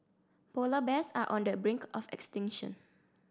polar bears are on the brink of extinction